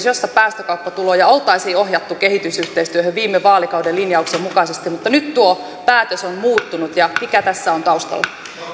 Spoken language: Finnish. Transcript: jossa päästökauppatuloja oltaisiin ohjattu kehitysyhteistyöhön viime vaalikauden linjauksen mukaisesti mutta nyt tuo päätös on muuttunut mikä tässä on taustalla